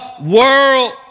world